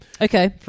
Okay